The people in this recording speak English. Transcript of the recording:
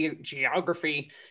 geography